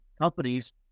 companies